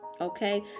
Okay